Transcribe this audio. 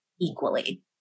equally